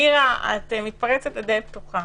מירה, את מתפרצת לדלת פתוחה.